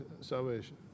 salvation